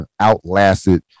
outlasted